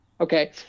okay